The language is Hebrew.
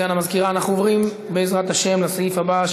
אלאלוף מבקש לצרף את הצבעתו.